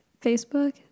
Facebook